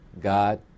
God